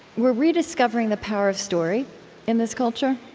we're rediscovering the power of story in this culture.